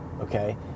Okay